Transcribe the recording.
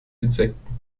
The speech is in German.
insekten